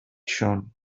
shone